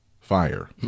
fire